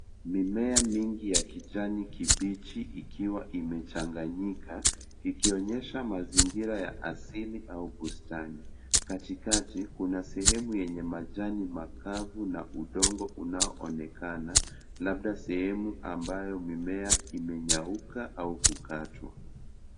Mimea mingi ya kijani kibichi ikiwa imechanganyika ikionyesha mazingira ya asili au bustani. Katikati kuna sehemu yenye majani makavu na udongo unaonekana labda sehemu ambayo mimea imenyauka au kukatwa.